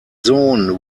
sohn